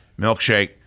milkshake